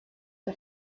der